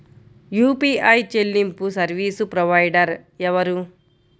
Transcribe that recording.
UPI చెల్లింపు service provider ఎవరు?